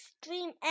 extreme